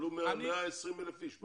עלו מעל 120,000 אנשים.